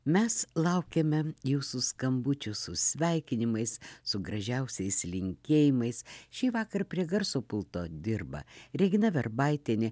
mes laukiame jūsų skambučių su sveikinimais su gražiausiais linkėjimais šįvakar prie garso pulto dirba regina verbaitienė